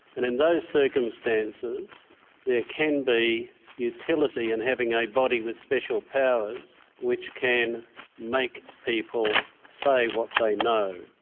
and in those circumstances there can be utility and having a body with special powers which can make people say what they know.